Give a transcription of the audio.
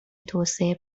توسعه